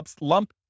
lump